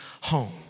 home